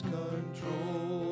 control